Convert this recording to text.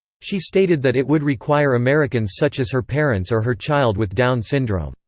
she stated that it would require americans such as her parents or her child with down syndrome,